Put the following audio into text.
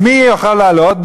אז מי יוכל לעלות?